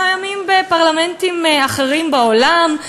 קיימים בפרלמנטים אחרים בעולם.